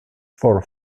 for